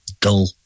dull